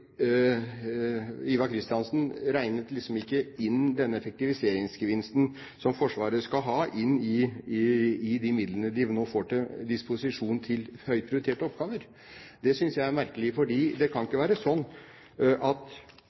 ikke den effektiviseringsgevinsten som Forsvaret skal ha, inn i de midlene de nå får til høyt prioriterte oppgaver. Det synes jeg er merkelig. For det kan ikke være sånn at